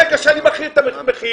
ברגע שאני מעלה את המחיר,